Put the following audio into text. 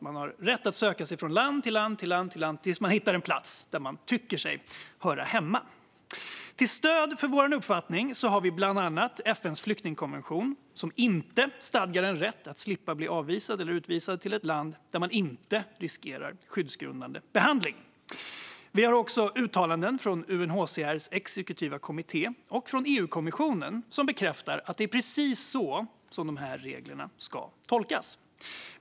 Man har rätt att söka sig från land till land tills man hittar en plats där man tycker sig höra hemma. Till stöd för vår uppfattning har vi bland annat FN:s flyktingkonvention, som inte stadgar en rätt att slippa bli avvisad eller utvisad till ett land där man inte riskerar skyddsgrundande behandling. Vi har också uttalanden från UNHCR:s exekutiva kommitté och från EU-kommissionen som bekräftar att det är precis så de här reglerna ska tolkas.